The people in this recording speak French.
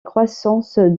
croissance